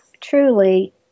truly